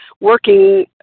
working